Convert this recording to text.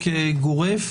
גורף.